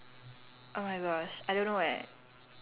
the funniest thing I ever see my parent do ah